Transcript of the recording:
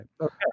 Okay